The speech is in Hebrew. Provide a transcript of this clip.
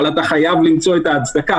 אבל אתה חייב למצוא את ההצדקה.